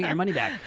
and money that?